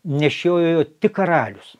nešiojo tik karalius